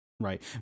Right